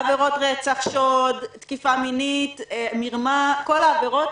עבירות רצח, שוד, תקיפה מינית, מרמה, כל העבירות